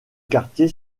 quartier